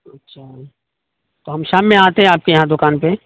اچھا تو ہم شام میں آتے ہیں آپ کے یہاں دکان پہ